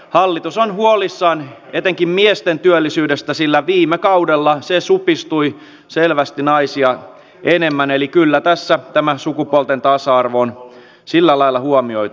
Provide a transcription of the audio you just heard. hallitus on huolissaan etenkin miesten työllisyydestä sillä viime kaudella se supistui selvästi naisia enemmän eli kyllä tässä tämä sukupuolten tasa arvo on sillä lailla huomioitu